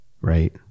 Right